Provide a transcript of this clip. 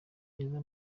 byiza